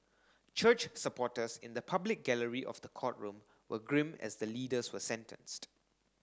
church supporters in the public gallery of the courtroom were grim as the leaders were sentenced